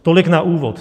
Tolik na úvod.